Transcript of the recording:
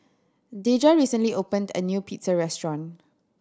Deja recently opened a new Pizza Restaurant